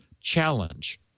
challenge